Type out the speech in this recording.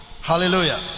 Hallelujah